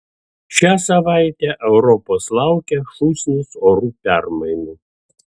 šią savaitę europos laukia šūsnis orų permainų